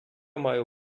маю